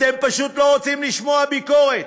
אתם פשוט לא רוצים לשמוע ביקורת,